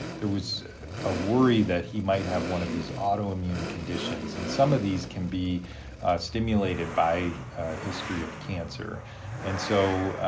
there was a worry that he might have one of these autoimmune conditions and some of these can be stimulated by a history of cancer and so,